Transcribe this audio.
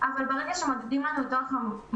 אבל ברגע שמודדים לנו את אורך המכנסיים,